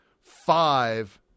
five